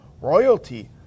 royalty